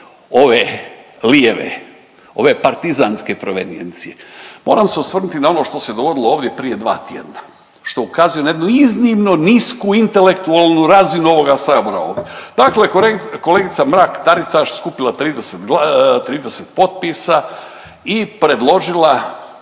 ove lijeve, ove partizanske providencije moram se osvrnuti na ono što se dogodilo ovdje prije dva tjedna što ukazuje na jednu iznimno nisku intelektualnu razinu ovog sabora ovdje. Dakle, kolegica Mrak Taritaš skupila 30 gla… 30 potpisa i predložila